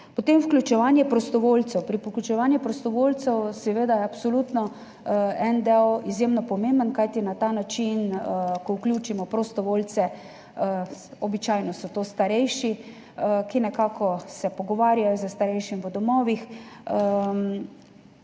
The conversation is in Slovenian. Potem vključevanje prostovoljcev. Pri vključevanju prostovoljcev je seveda absolutno en del izjemno pomemben, kajti način, ko vključimo prostovoljce, običajno so to starejši, ki se pogovarjajo s starejšimi v domovih,